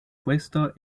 puesto